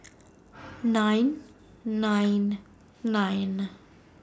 nine nine nine